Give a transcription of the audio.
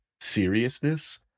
seriousness